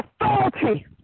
authority